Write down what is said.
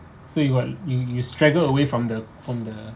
so you got you you struggled away from the from the